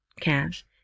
cash